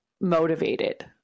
motivated